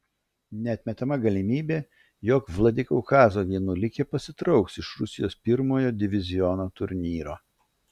neatmetama galimybė jog vladikaukazo vienuolikė pasitrauks iš rusijos pirmojo diviziono turnyro